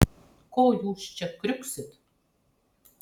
ko jūs čia kriuksit